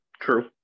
True